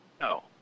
No